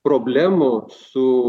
problemų su